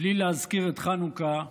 בלי להזכיר את חנוכה אי-אפשר.